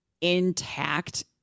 intact